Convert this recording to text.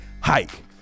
hike